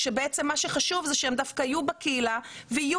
כשבעצם מה שחשוב זה שהם דווקא יהיו בקהילה ויהיו